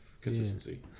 consistency